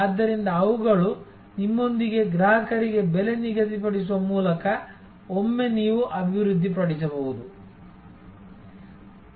ಆದ್ದರಿಂದ ಅವುಗಳು ನಿಮ್ಮೊಂದಿಗೆ ಗ್ರಾಹಕರಿಗೆ ಬೆಲೆ ನಿಗದಿಪಡಿಸುವ ಮೂಲಕ ಒಮ್ಮೆ ನೀವು ಅಭಿವೃದ್ಧಿಪಡಿಸಬಹುದು